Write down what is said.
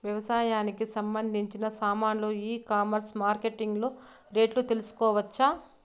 వ్యవసాయానికి సంబంధించిన సామాన్లు ఈ కామర్స్ మార్కెటింగ్ లో రేట్లు తెలుసుకోవచ్చా?